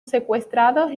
secuestrados